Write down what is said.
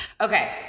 Okay